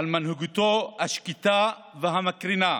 על מנהיגותו השקטה והמקרינה,